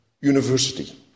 University